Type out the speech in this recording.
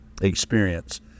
experience